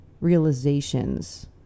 realizations